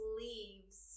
leaves